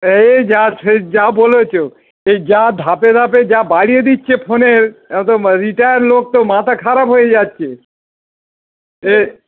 এই যা ঠিক যা বলেছ এই যা ধাপে ধাপে যা বাড়িয়ে দিচ্ছে ফোনের একদম রিটায়ার লোক তো মাথা খারাপ হয়ে যাচ্ছে এ